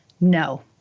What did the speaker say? no